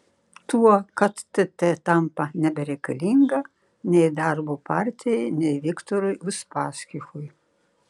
tuo kad tt tampa nebereikalinga nei darbo partijai nei viktorui uspaskichui